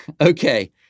Okay